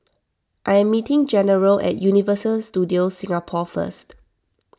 I am meeting General at Universal Studios Singapore first